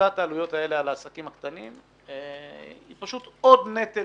השתת העלויות האלה על העסקים הקטנים היא פשוט עוד נטל